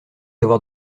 avoir